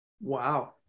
Wow